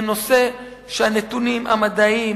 זה נושא שהנתונים המדעיים,